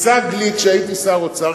הוצג לי כשהייתי שר אוצר.